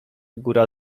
góra